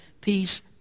Peace